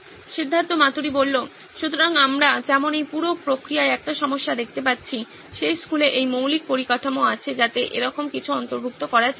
সিদ্ধার্থ মাতুরি সুতরাং আমরা যেমন এই পুরো প্রক্রিয়ায় একটি সমস্যা দেখতে পাচ্ছি সেই স্কুলে এই মৌলিক পরিকাঠামো আছে যাতে এরকম কিছু অন্তর্ভুক্ত করা যায়